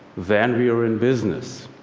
then we are in business.